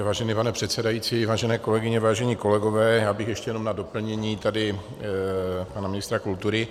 Vážený pane předsedající, vážené kolegyně, vážení kolegové, já bych ještě jenom na doplnění pana ministra kultury.